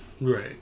Right